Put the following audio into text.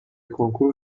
کنکور